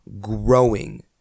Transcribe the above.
growing